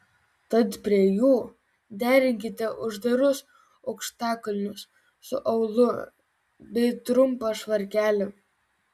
tad prie jų derinkite uždarus aukštakulnius su aulu bei trumpą švarkelį